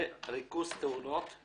זה ריכוז תאונות.